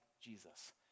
Jesus